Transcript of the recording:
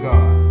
God